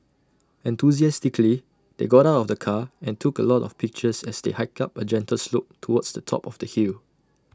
enthusiastically they got out of the car and took A lot of pictures as they hiked up A gentle slope towards the top of the hill